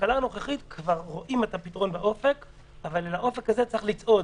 התקלה הנוכחית כבר רואים את הפתרון באופק אבל אל האופק הזה צריך לצעוד.